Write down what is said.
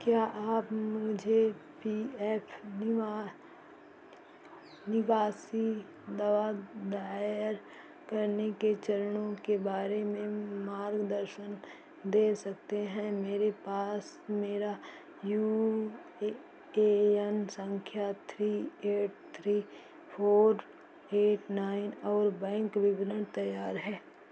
क्या आप मुझे पी एफ निवा निवासी दवा दायर करने के चरणों के बारे में मार्गदर्शन दे सकते हैं मेरे पास मेरा यू ए एन संख्या three eight three four eight nine और बैंक विवरण तैयार है